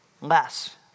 less